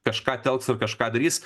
kažką telks ir kažką darys